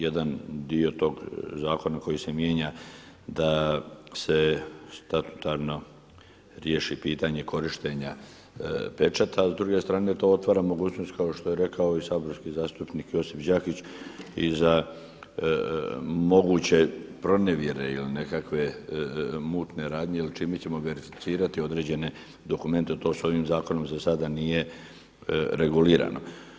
Jedan dio tog zakona koji se mijenja da se statutarno riješi pitanje korištenja pečata, a s druge strane to otvara mogućnost kao što je rekao i saborski zastupnik Josip Đakić i za moguće pronevjere ili nekakve mutne radnje ili čime ćemo verificirati određene dokumente to s ovim zakonom za sada nije regulirano.